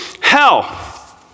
hell